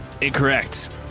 Incorrect